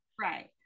Right